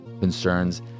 concerns